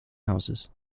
houses